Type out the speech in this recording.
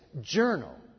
Journal